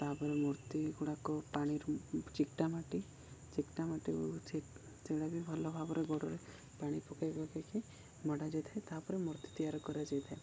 ତା'ପରେ ମୂର୍ତ୍ତି ଗୁଡ଼ାକ ପାଣିରୁ ଚିିକ୍ଟା ମାଟି ଚିିକ୍ଟା ମାଟି ସେଇଟା ବି ଭଲ ଭାବରେ ଗୋଡ଼ରେ ପାଣି ପକେଇ ପକେଇକି ମଡ଼ା ଯାଇଥାଏ ତା'ପରେ ମୂର୍ତ୍ତି ତିଆରି କରାଯାଇଥାଏ